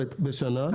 תפזורת בשנה,